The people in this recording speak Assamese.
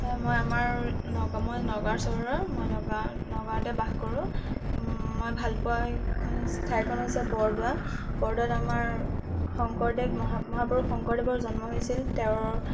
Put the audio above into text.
হয় মই আমাৰ মই নগাওঁ চহৰৰ মই নগাওঁ নগাওঁতে বাস কৰোঁ মই ভালপোৱা এখন ঠাইখন হৈছে বৰদোৱা বৰদোৱাত আমাৰ শংকৰদেৱ মহাপুৰুষ মহাপুৰুষ শংকৰদেৱৰ জন্ম হৈছিল তেওঁৰ